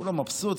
כולו מבסוט,